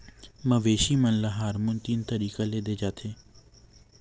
मवेसी मन ल हारमोन तीन तरीका ले दे जाथे